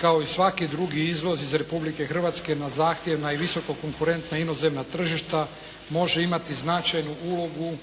kao i svaki drugi izvoz iz Republike Hrvatske na zahtjevna i visoko konkurentna inozemna tržišta može imati značajnu ulogu